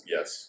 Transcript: Yes